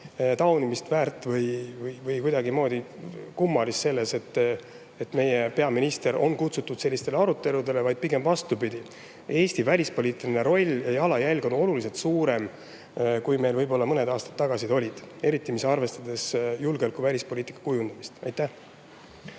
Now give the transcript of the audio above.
taunimisväärt või kuidagimoodi kummalist selles, et meie peaminister on kutsutud sellistele aruteludele, pigem vastupidi. Eesti välispoliitiline roll ja jalajälg on oluliselt suuremad, kui need meil võib-olla mõned aastad tagasi olid, eriti arvestades julgeoleku- ja välispoliitika kujundamist. Aitäh!